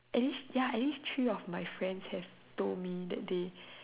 at least ya at least three of my friends have told me that they